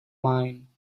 mine